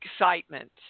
excitement